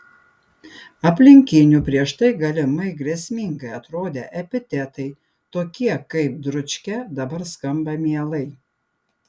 aplinkinių prieš tai galimai grėsmingai atrodę epitetai tokie kaip dručkė dabar skamba mielai